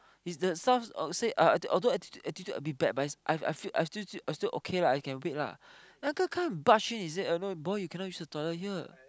if the staff uh say uh uh although although attitude attitude a bit bad but is I I feel I still feel I still okay lah I can't wait lah the uncle come and barge in is it uh no boy you cannot use the toilet here